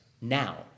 now